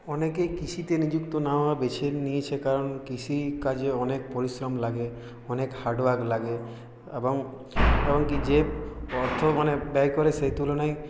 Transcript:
অনেকেই কৃষিতে নিযুক্ত না হওয়া বেছে নিয়েছে কারণ কৃষিকাজে অনেক পরিশ্রম লাগে অনেক হার্ডওয়ার্ক লাগে এবং এমন কি যে অর্থ মানে ব্যয় করে সেই তুলনায়